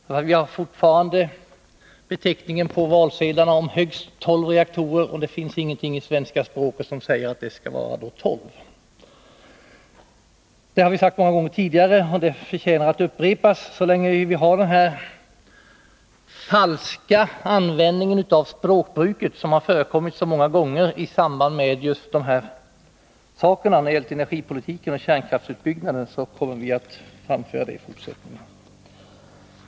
På valsedlarna talades det om högst 12 reaktorer. Ingenting i det svenska språket säger att det då måste bli just 12 reaktorer. Det har vi sagt många gånger tidigare och det förtjänar att upprepas så länge denna falska användning av språket förekommer i samband med debatter om energipolitiken och kärnkraftsutbyggnaden.